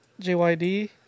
Jyd